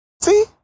see